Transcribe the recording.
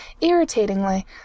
Irritatingly